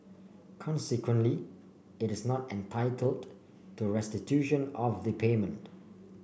consequently it is not entitled to restitution of the payment